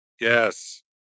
Yes